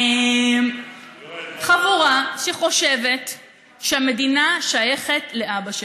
חבורה שחושבת שהמדינה שייכת לאבא שלה.